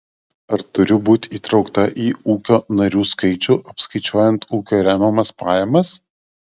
ar turiu būti įtraukta į ūkio narių skaičių apskaičiuojant ūkio remiamas pajamas